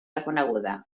reconeguda